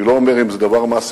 אני לא אומר אם זה דבר מעשי.